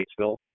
statesville